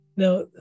Now